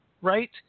right